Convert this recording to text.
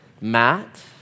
Matt